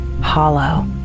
hollow